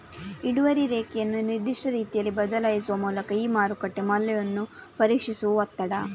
ಇಳುವರಿ ರೇಖೆಯನ್ನು ನಿರ್ದಿಷ್ಟ ರೀತಿಯಲ್ಲಿ ಬದಲಾಯಿಸುವ ಮೂಲಕ ಈ ಮಾರುಕಟ್ಟೆ ಮೌಲ್ಯವನ್ನು ಪರೀಕ್ಷಿಸುವ ಒತ್ತಡ